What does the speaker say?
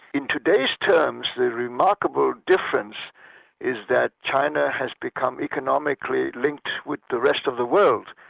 in today's terms the remarkable difference is that china has become economically linked with the rest of the world.